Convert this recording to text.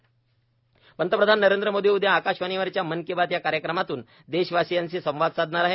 मन की बात पंतप्रधान नरेंद्र मोदी उद्या आकाशवाणीवरच्या मन की बात या कार्यक्रमातून देशवासियांशी संवाद साधणार आहेत